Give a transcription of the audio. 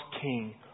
king